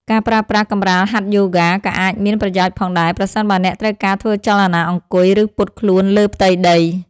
ការប្រើប្រាស់កម្រាលហាត់យូហ្គា ក៏អាចមានប្រយោជន៍ផងដែរ ប្រសិនបើអ្នកត្រូវការធ្វើចលនាអង្គុយ ឬពត់ខ្លួនលើផ្ទៃដី។